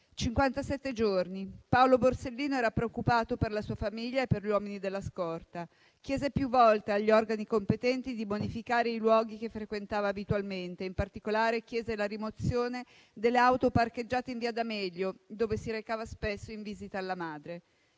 giorni. Paolo Borsellino era preoccupato per la sua famiglia e per gli uomini della scorta. Chiese più volte agli organi competenti di bonificare i luoghi che frequentava abitualmente; in particolare, chiese la rimozione delle auto parcheggiate in Via D'Amelio, dove si recava spesso in visita alla madre.